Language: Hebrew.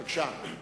בבקשה.